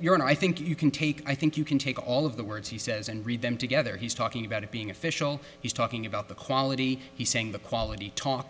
you're and i think you can take i think you can take all of the words he says and read them together he's talking about it being official he's talking about the quality he's saying the quality talks